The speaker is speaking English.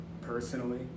personally